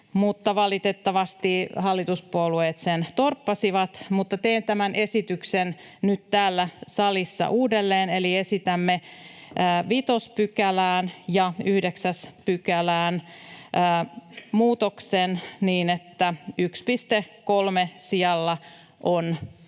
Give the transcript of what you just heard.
valitettavasti hallituspuolueet sen torppasivat. Mutta teen tämän esityksen nyt täällä salissa uudelleen, eli esitämme 5 §:ään ja 9 §:ään muutoksen niin, että 1,3:n sijalla on